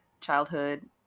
Childhood